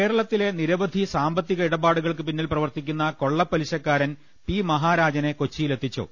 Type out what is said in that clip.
കേരളത്തിലെ നിരവധി സാമ്പത്തിക ഇടപാടു കൾക്കു പിന്നിൽ പ്രവർത്തിക്കുന്ന കൊള്ളപലിശക്കാരൻ പി മഹാരാജനെ കൊച്ചിയിലെത്തിച്ചു